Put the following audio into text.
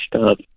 up